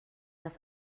das